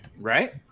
Right